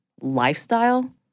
lifestyle